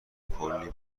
کلی